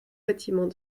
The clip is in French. bâtiments